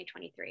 2023